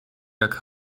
back